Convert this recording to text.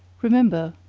remember,